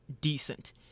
decent